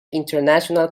international